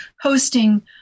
hosting